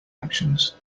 actions